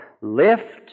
lift